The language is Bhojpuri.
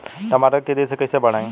टमाटर के तेजी से कइसे बढ़ाई?